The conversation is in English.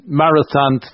marathon